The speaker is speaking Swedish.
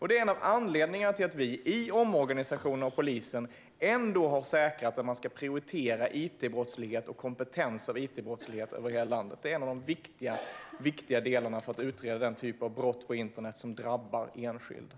Det är en av anledningarna till att vi i omorganisationen av polisen har säkrat att man ska prioritera it-brottslighet och kompetens för it-brottslighet över hela landet. Det är en av de viktigaste delarna för att utreda den typen av brott på internet som drabbar enskilda.